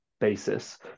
basis